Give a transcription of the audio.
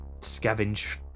scavenge